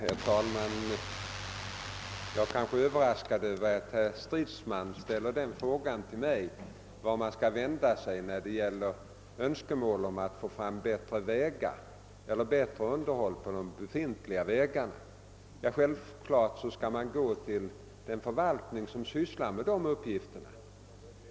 Herr talman! Jag är överraskad över att herr Stridsman frågar mig vart man skall vända sig när det gäller önskemål att få bättre underhåll av de befintliga vägarna. Självklart skall man vända sig till den förvaltning som handhar dessa uppgifter.